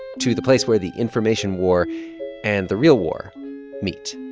to the place where the information war and the real war meet